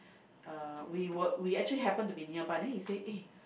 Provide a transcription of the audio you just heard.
uh we were we actually happen to be nearby then he say eh